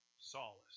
solace